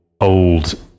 old